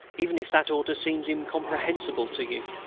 even if that order seems incomprehensible to you.